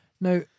Now